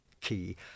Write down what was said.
key